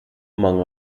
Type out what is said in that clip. among